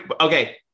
Okay